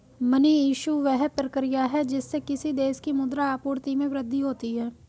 money issue, वह प्रक्रिया है जिससे किसी देश की मुद्रा आपूर्ति में वृद्धि होती है